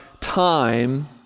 time